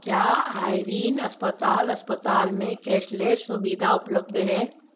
क्या आइरीन अस्पताल अस्पताल में कैशलेस सुविधा उपलब्ध है